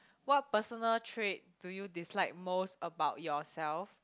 what personal trait do you dislike most about yourself